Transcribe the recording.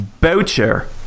Boucher